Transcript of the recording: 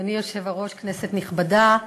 אדוני היושב-ראש, כנסת נכבדה,